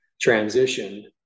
transition